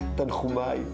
זה מלא שקרים והשמצות.